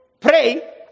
pray